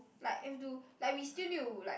like have to like we still need to like